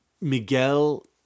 Miguel